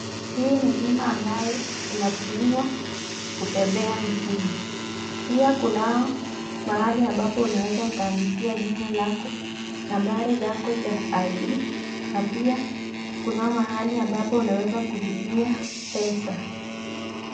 Hii ni bima ambayo inatumiwa kubebea mizigo . Pia kunao mahali ambapo unaweza ukaandikia jina lako nambari zako za id na pia kunao mahali ambapo unaweza kulipia pesa.